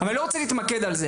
אבל אני לא רוצה להתמקד בזה.